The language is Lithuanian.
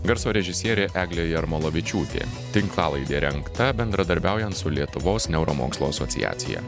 garso režisierė eglė jarmolavičiūtė tinklalaidė rengta bendradarbiaujant su lietuvos neuromokslų asociacija